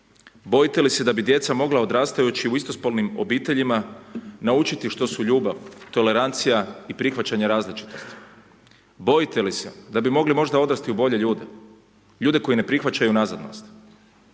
Bojite li se da bi djeca mogla odrastajući u istospolnim obiteljima naučiti što su ljubav, tolerancija i prihvaćanje različitosti, bojite li se da bi mogli možda odrasti u bolje ljude, ljude koji ne prihvaćaju nazadnost.